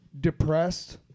depressed